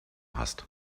hast